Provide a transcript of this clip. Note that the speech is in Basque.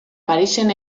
parisen